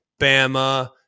Bama